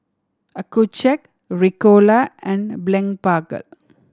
Accucheck Ricola and Blephagel